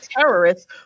terrorists